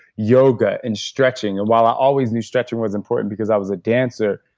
yoga and stretching and while i always knew stretching was important, because i was a dancer,